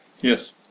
Yes